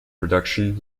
production